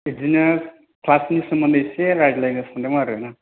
बिदिनो ख्लासनि सोमोन्दै इसे रायज्लायनो सानदोंमोन आरो ना